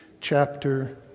chapter